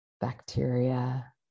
bacteria